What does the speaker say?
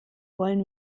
wollen